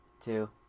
two